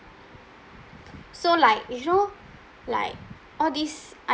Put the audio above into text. so like you know like all these